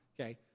Okay